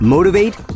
Motivate